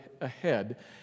ahead